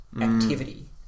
activity